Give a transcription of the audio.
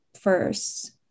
first